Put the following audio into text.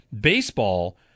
Baseball